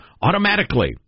automatically